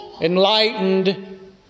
enlightened